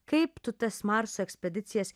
kaip tu tas marso ekspedicijas